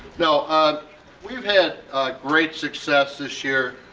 now ah we've had great success this year.